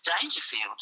Dangerfield